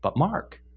but mark,